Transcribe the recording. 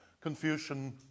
Confucian